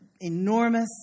enormous